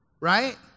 right